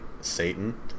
Satan